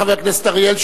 חבר הכנסת אריאל,